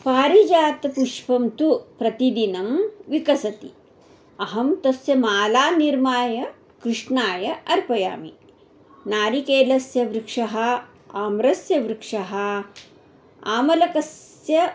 पारिजात पुष्पं तु प्रतिदिनं विकसति अहं तस्य मालां निर्माय कृष्णाय अर्पयामि नारिकेलस्य वृक्षः आम्रस्य वृक्षः आमलकस्य